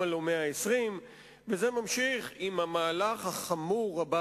למה לא 120?